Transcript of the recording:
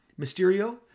Mysterio